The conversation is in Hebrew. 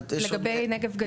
לגבי הנגב והגליל.